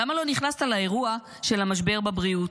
למה לא נכנסת לאירוע של המשבר בבריאות?